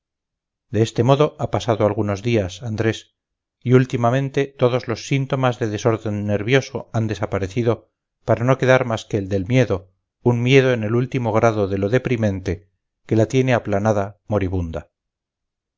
de este modo ha pasado algunos días andrés y últimamente todos los síntomas de desorden nervioso han desaparecido para no quedar más que el del miedo un miedo en el último grado de lo deprimente que la tiene aplanada moribunda